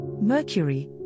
Mercury